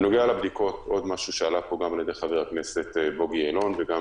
בנוגע לבדיקות עוד משהו שעלה פה על ידי חבר הכנסת בוגי יעלון ואחרים